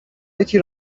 یکی